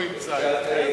לא אימצה את זה.